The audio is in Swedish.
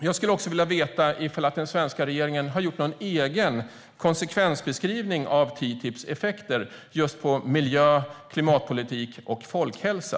Jag skulle också vilja veta om den svenska regeringen har gjort någon egen konsekvensbeskrivning av TTIP:s effekter när det gäller miljö, klimatpolitik och folkhälsa.